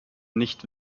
nicht